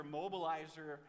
mobilizer